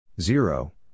Zero